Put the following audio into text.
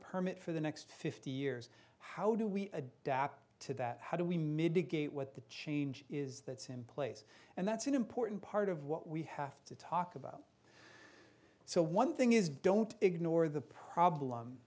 permit for the next fifty years how do we adapt to that how do we mitigate what the change is that's in place and that's an important part of what we have to talk about so one thing is don't ignore the problem